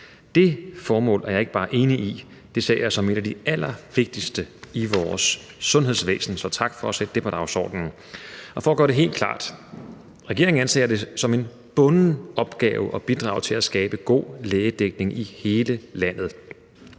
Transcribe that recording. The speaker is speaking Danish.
Det formål er jeg ikke bare enig i, det ser jeg som et af de allervigtigste i vores sundhedsvæsen. Så tak for at sætte det på dagsordenen. For at gøre det helt klart: Regeringen anser det som en bunden opgave at bidrage til at skabe god lægedækning i hele landet.